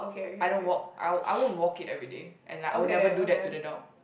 I don't walk I won't I won't walk it everyday and I would never do that to the dog